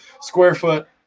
square-foot